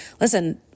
listen